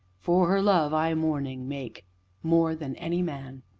for her love, i mourning make more than any man!